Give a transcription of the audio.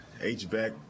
H-back